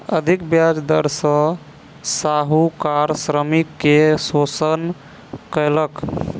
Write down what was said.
अधिक ब्याज दर सॅ साहूकार श्रमिक के शोषण कयलक